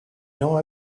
know